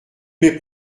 mes